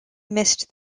missed